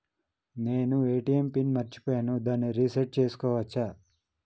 నేను ATM pin ని మరచిపోయాను దాన్ని రీ సెట్ చేసుకోవచ్చా?